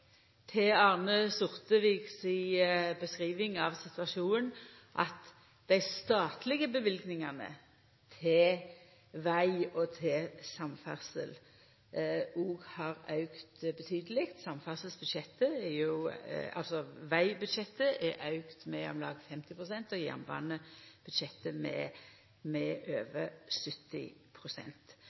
til Arne Sortevik si beskriving av situasjonen at dei statlege løyvingane til veg og samferdsel òg har auka betydeleg. Vegbudsjettet har auka med om lag 50 pst. og jernbanebudsjettet med over 70 pst. Det høyrer òg med